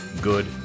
good